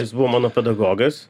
jis buvo mano pedagogas